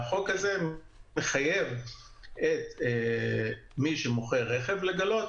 החוק הזה מחייב את מי שמוכר רכב לגלות